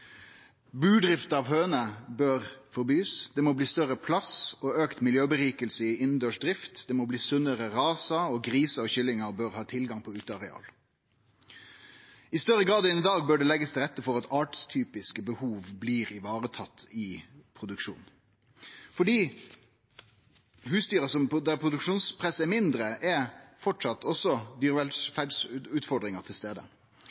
av høner bør bli forbode. Det må bli større plass og betre miljø i innandørs drift. Det må bli sunnare rasar, og grisar og kyllingar bør ha tilgang på uteareal. I større grad enn i dag bør det leggjast til rette for at artstypiske behov blir varetatt i produksjonen. For dei husdyra der produksjonspresset er mindre, er framleis dyrevelferdsutfordringa til